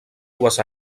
dues